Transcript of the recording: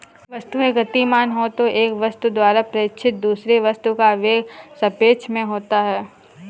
वस्तुएं गतिमान हो तो एक वस्तु द्वारा प्रेक्षित दूसरे वस्तु का वेग सापेक्ष में होता है